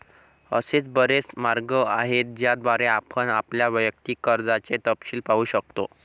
असे बरेच मार्ग आहेत ज्याद्वारे आपण आपल्या वैयक्तिक कर्जाचे तपशील पाहू शकता